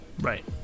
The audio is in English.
right